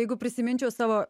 jeigu prisiminčiau savo